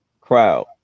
crowd